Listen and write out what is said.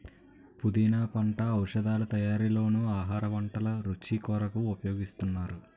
పుదీనా పంట ఔషధాల తయారీలోనూ ఆహార వంటల రుచి కొరకు ఉపయోగిస్తున్నారు